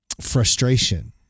frustration